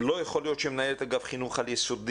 לא יכול להיות שמנהלת אגף חינוך על-יסודי